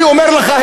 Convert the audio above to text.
אני אומר לך,